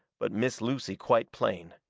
but miss lucy quite plain.